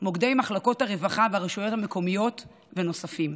מוקדי מחלקות הרווחה והרשויות המקומיות ונוספים.